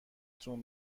تون